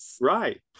Right